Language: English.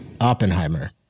Oppenheimer